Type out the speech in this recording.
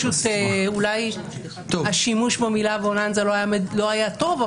אולי השימוש במילה בוננזה לא היה טוב,